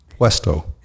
Puesto